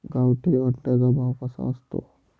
गावठी अंड्याचा भाव कसा असतो?